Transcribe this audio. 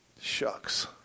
Shucks